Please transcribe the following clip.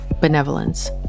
benevolence